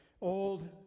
old